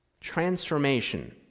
transformation